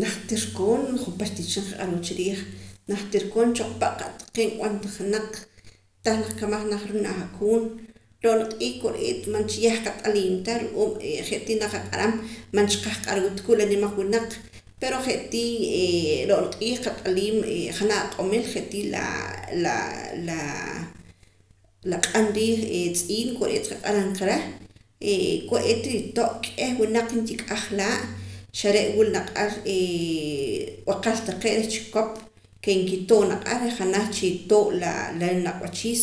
Najtir koon junpach tii cha nqaq'arwa chiriij najtir koon choqpa' qa' taqee' nb'anta ja naq tah naq kamaj naja ruu' janaj ahkuun ro'na q'iij kore'eet man cha yah qat'aliim ta ru'uum je' tii naqaq'aram man cha qahq'arwa ta kuu' la nimaq winaq pero je' tiii ro'na q'iij qat'aliim la aq'omil je' tii la q'an riij tz'iin kore'eet nqaq'aram qa reh kore'eet nrito' k'ieh winaq nkik'aj laa' xare' wula naq ar ree' b'aqal taqee' reh chikop ke nkitoo' naq ar ke janaj chitoo' la rinaq'wachiis